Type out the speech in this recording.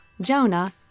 Jonah